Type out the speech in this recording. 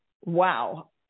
wow